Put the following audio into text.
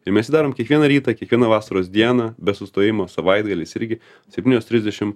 ir mes jį darom kiekvieną rytą kiekvieną vasaros dieną be sustojimo savaitgaliais irgi septynios trisdešim